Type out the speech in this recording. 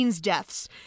deaths